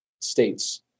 states